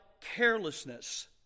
carelessness